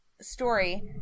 story